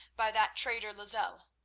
by that traitor lozelle,